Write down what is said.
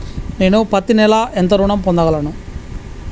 నేను పత్తి నెల ఎంత ఋణం పొందగలను?